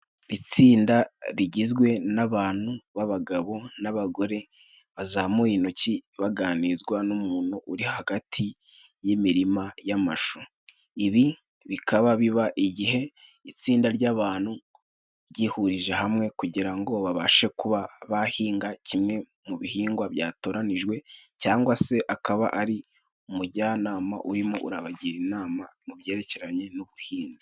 Itsinda rigizwe n'abantu b'abagabo n'abagore bazamuye intoki baganizwa n'umuntu uri hagati y'imirima y'amashu. Ibi bikaba biba igihe itsinda ry'abantu ryihurije hamwe kugira ngo babashe kuba bahinga kimwe mu bihingwa byatoranijwe cyangwa se akaba ari umujyanama urimo urabagira inama mu byerekeranye n'ubuhinzi.